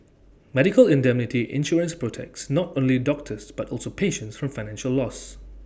medical indemnity insurance protects not only doctors but also patients from financial loss